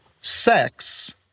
sex